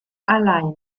alleine